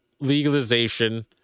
legalization